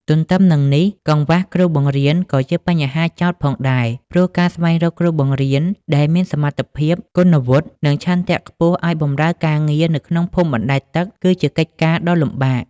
ទន្ទឹមនឹងនេះកង្វះគ្រូបង្រៀនក៏ជាបញ្ហាចោទផងដែរ ព្រោះការស្វែងរកគ្រូបង្រៀនដែលមានសមត្ថភាព គុណវុឌ្ឍិ និងឆន្ទៈខ្ពស់ឱ្យបម្រើការងារនៅក្នុងភូមិបណ្តែតទឹក គឺជាកិច្ចការដ៏លំបាក។